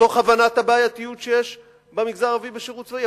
תוך הבנת הבעייתיות שיש במגזר הערבי בשירות צבאי,